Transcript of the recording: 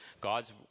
God's